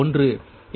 எனவே e22 ஆனது 1